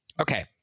okay